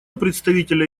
представителя